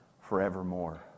forevermore